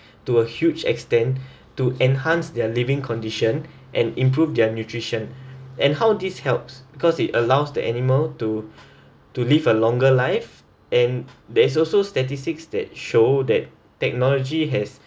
to a huge extent to enhance their living condition and improve their nutrition and how these helps because it allows the animal to to live a longer life and there's also statistics that show that technology has